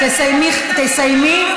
תסיימי.